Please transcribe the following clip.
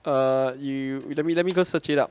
err you let me let me go search it up